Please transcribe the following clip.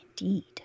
Indeed